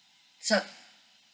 sir